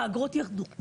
האגרות ירדו.